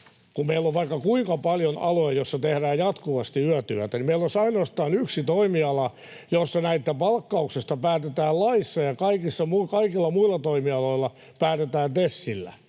kun meillä on vaikka kuinka paljon aloja, joilla tehdään jatkuvasti yötyötä, että meillä olisi ainoastaan yksi toimiala, jolla palkkauksesta päätetään laissa, kun kaikilla muilla toimialoilla päätetään TESillä.